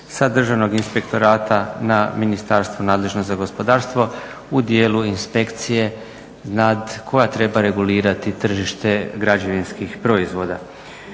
sa Državnog inspektorata na Ministarstvo nadležno za gospodarstvo u dijelu inspekcije nad, koja treba regulirati tržište građevinskih proizvoda.